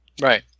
right